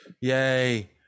Yay